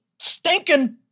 stinking